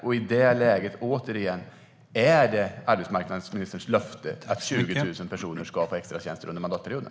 Och är det arbetsmarknadsministerns löfte att 20 000 personer ska få extratjänster under mandatperioden?